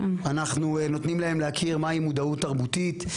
אנחנו נותנים להם להכיר מהי מודעות תרבותית,